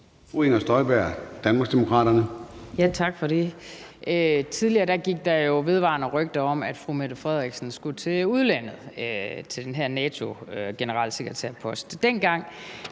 Fru Inger Støjberg, Danmarksdemokraterne. Kl. 13:28 Inger Støjberg (DD): Tak for det. Tidligere gik der jo vedvarende rygter om, at fru Mette Frederiksen skulle til udlandet til den her NATO-generalsekretærpost.